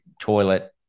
toilet